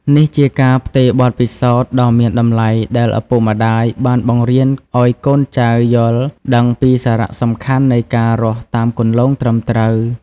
នេះជាការផ្ទេរបទពិសោធន៍ដ៏មានតម្លៃ ដែលឪពុកម្ដាយ បានបង្រៀនឲ្យកូនចៅយល់ដឹងពីសារៈសំខាន់នៃការរស់តាមគន្លងត្រឹមត្រូវ។